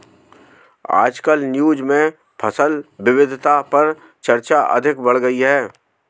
आजकल न्यूज़ में फसल विविधता पर चर्चा अधिक बढ़ गयी है